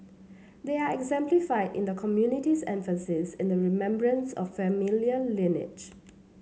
they are exemplified in the community's emphasis on the remembrance of familial lineage